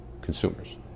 consumers